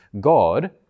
God